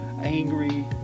angry